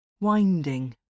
Winding